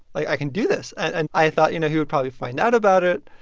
like i can do this. and i thought, you know, he would probably find out about it,